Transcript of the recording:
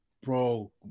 Bro